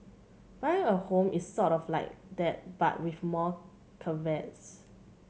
buying a home is sort of like that but with more caveats